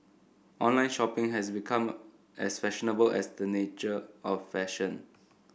online shopping has become as fashionable as the nature of fashion